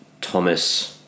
Thomas